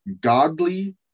Godly